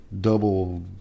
double